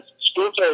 schools